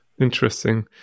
Interesting